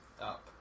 up